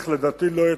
לדעתי לא יהיה,